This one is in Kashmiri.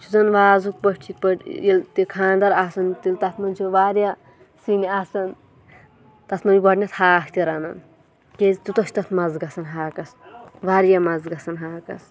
یُس زَن وازُک پٲٹھۍ چھِ یِتھ پٲٹھۍ ییٚلہِ تہِ خانٛدَر آسان تیٚلہِ تَتھ منٛز چھِ واریاہ سِنۍ آسان تَتھ منٛز چھِ گۄڈنٮ۪تھ ہاکھ تہِ رَنان کیازِ تیوٗتاہ چھُ تَتھ مَزٕ گَژھان ہاکَس واریاہ مَزٕ گَژھان ہاکَس